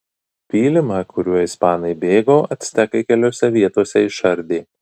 pylimą kuriuo ispanai bėgo actekai keliose vietose išardė